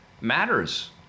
matters